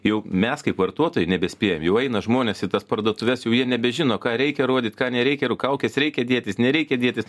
jau mes kaip vartotojai nebespėjam jau eina žmonės į tas parduotuves jau jie nebežino ką reikia rodyt ką nereikia kaukes reikia dėtis nereikia dėtis